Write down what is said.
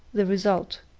the result.